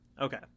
Okay